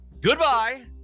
goodbye